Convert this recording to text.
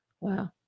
Wow